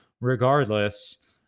regardless